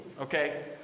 okay